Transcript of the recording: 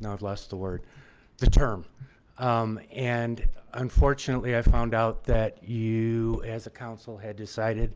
not less the word the term and unfortunately, i found out that you as a council had decided